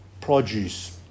produce